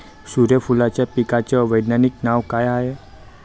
सुर्यफूलाच्या पिकाचं वैज्ञानिक नाव काय हाये?